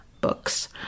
books